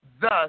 thus